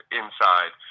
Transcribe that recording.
inside